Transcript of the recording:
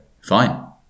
fine